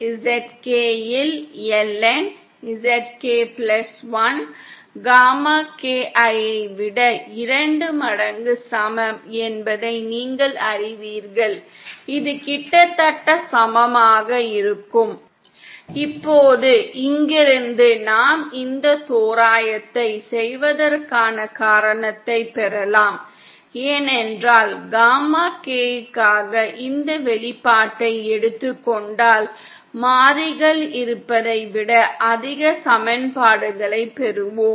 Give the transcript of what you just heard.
ZK இல் LN ZK 1 gamma K ஐ விட இரண்டு மடங்கு சமம் என்பதை நீங்கள் அறிவீர்கள் இது கிட்டத்தட்ட சமமாக இருக்கும் இப்போது இங்கிருந்து நாம் இந்த தோராயத்தை செய்வதற்கான காரணத்தை பெறலாம் ஏனென்றால் காமா K க்காக இந்த வெளிப்பாட்டை எடுத்துக் கொண்டால் மாறிகள் இருப்பதை விட அதிக சமன்பாடுகளைப் பெறுவோம்